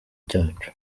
cyacu